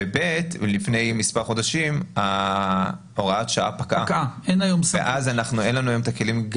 לפני מספר חודשים הוראת השעה פקעה ואין לנו היום את הכלים.